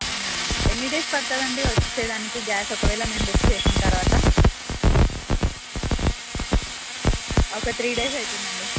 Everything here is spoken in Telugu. అవునాండి ఎన్ని డేస్ పడతాదండి వచ్చేదానికి గ్యాస్ ఒకవేళ మేము బుక్ చేసిన తర్వాత ఒక త్రీ డేస్ అయితుందండి